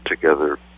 together